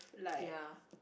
ya